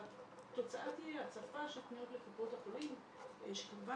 שהתוצאה תהיה הצפה של פניות לקופות החולים שכמובן